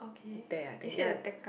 there I think ya